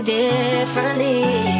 differently